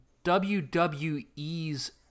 WWE's